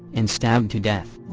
and stabbed to death.